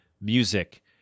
Music